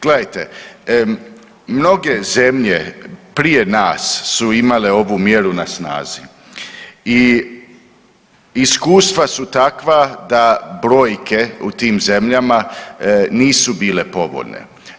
Gledajte, mnoge zemlje prije nas su imale ovu mjeru na snazi i iskustva su takva da brojke u tim zemljama nisu bile povoljne.